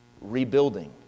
rebuilding